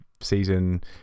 season